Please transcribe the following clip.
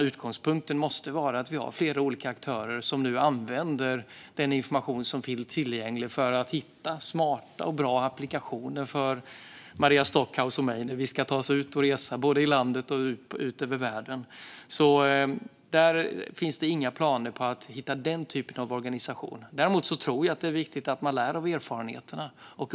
Utgångspunkten måste vara att vi har flera olika aktörer som nu använder den information som finns tillgänglig för att hitta smarta och bra applikationer för Maria Stockhaus och mig när vi ska ta oss ut och resa både i landet och ut över världen. Det finns inga planer på att hitta den typen av organisation. Däremot är det viktigt att man lär av erfarenheterna.